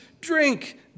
drink